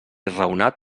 raonat